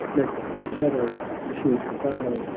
lest the shadows should fail,